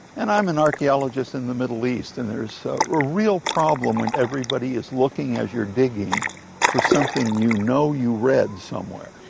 and i'm an archaeologist in the middle east, and there's so a real problem when everybody is looking as you're digging for something you know you read somewhere.